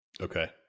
Okay